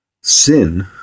sin